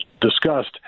discussed